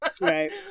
Right